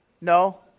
No